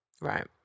right